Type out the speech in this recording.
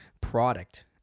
product